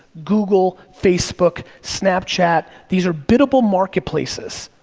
google, facebook, snapchat, these are biddable marketplaces.